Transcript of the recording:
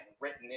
written